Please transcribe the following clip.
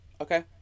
Okay